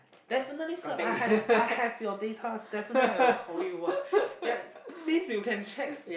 definitely sir I have I have your datas definitely I will call you one ya since you can check